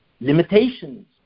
limitations